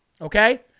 okay